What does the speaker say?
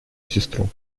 сестру